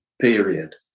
period